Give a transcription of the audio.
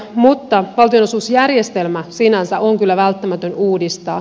mutta valtionosuusjärjestelmä sinänsä on kyllä välttämätön uudistaa